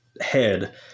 head